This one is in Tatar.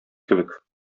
кебек